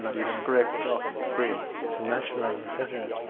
you scraped off the cream it's a natural and refrigerator.